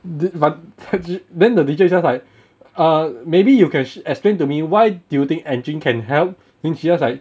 then but then the teacher is just like uh maybe you can explain to me why do you think engine can help then she just like